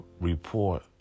report